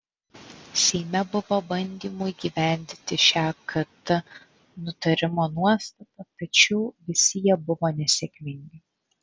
seime buvo bandymų įgyvendinti šią kt nutarimo nuostatą tačiau visi jie buvo nesėkmingi